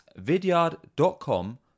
vidyard.com